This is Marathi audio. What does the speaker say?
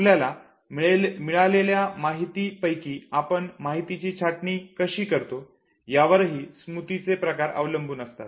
आपल्याला मिळालेल्या माहिती पैकी आपण माहितीची छाटणी कशी करतो यावरही स्मृतीचे प्रकार अवलंबून असतात